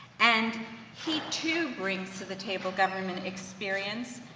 and he too brings to the table government experience,